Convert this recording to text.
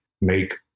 make